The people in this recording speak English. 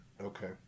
okay